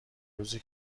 روزی